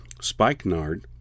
spikenard